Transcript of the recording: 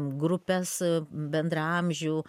grupes bendraamžių